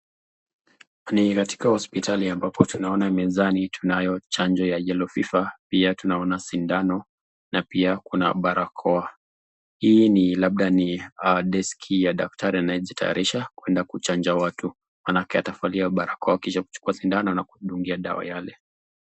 Ni katika hosipitali ambapo tunaona mezani tunayo chanjo ya Yellow Fever . Pia tunaona sindano na pia kuna barakoa. Hii ni labda ni deski ya daktari anajitayarisha kuenda ku chanja watu. Maanake atavalia barakoa kisha kuchukua sindano na kumdungia dawa yale.